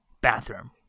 bathroom